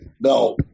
No